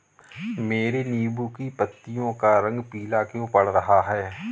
मेरे नींबू की पत्तियों का रंग पीला क्यो पड़ रहा है?